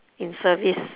in service